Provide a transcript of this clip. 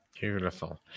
Beautiful